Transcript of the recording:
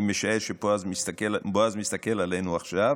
אני משער שבועז מסתכל עלינו עכשיו,